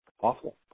Awful